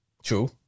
True